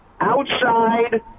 outside